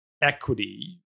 equity